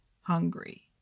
hungry